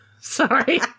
Sorry